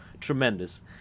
tremendous